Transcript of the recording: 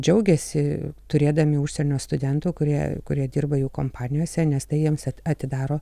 džiaugiasi turėdami užsienio studentų kurie kurie dirba jų kompanijose nes tai jiems atidaro